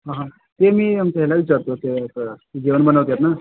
हां हां ते मी आमच्या ह्यांना विचारतो ते असं जेवण बनवतात ना